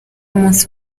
umunsi